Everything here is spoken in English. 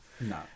no